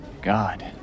God